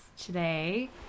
today